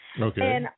Okay